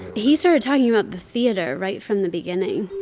he started talking about the theater right from the beginning.